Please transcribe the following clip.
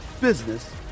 business